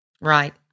Right